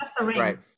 right